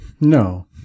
No